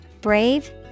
Brave